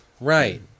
Right